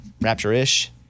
rapture-ish